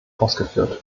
ausgeführt